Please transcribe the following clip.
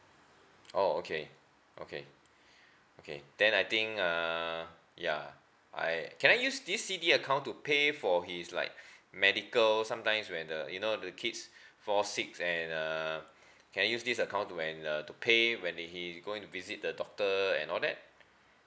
oh okay okay okay then I think uh ya I can use this C_D_A account to pay for his like medical sometimes when the you know the kids fall sick and uh can I use this account when uh to pay when he's going to visit the doctor and all that